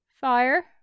Fire